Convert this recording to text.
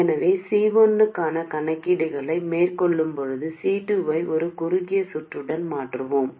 எனவே C1 க்கான கணக்கீடுகளை மேற்கொள்ளும்போது C2 ஐ ஒரு குறுகிய சுற்றுடன் மாற்றுவோம்